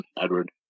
Edward